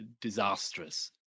disastrous